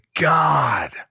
God